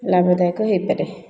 ଲାଭ ଦାୟକ ହେଇପାରେ